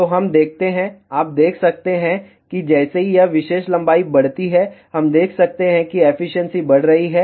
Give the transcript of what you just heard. तो हम देखते हैं आप देख सकते हैं कि जैसे ही यह विशेष लंबाई बढ़ती है हम देख सकते हैं कि एफिशिएंसी बढ़ रही है